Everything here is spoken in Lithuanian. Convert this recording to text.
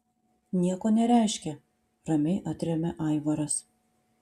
nieko nereiškia ramiai atremia aivaras